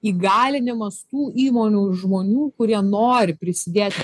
įgalinimas tų įmonių žmonių kurie nori prisidėti